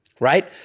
right